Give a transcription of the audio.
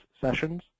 sessions